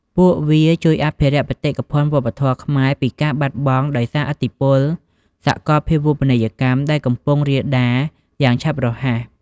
ពួកវាជួយអភិរក្សបេតិកភណ្ឌវប្បធម៌ខ្មែរពីការបាត់បង់ដោយសារឥទ្ធិពលសកលភាវូបនីយកម្ម ដែលកំពុងរាលដាលយ៉ាងឆាប់រហ័ស។